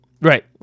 Right